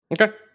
Okay